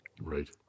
Right